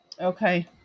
Okay